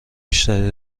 بیشتری